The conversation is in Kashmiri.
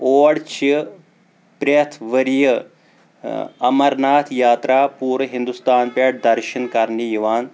اور چھِ پریٚتھ ؤریہِ امرناتھ یاترا پوٗرٕ ہِنٛدُستان پٮ۪ٹھ درشن کَرنہِ یِوان